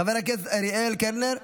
חבר הכנסת אריאל קלנר,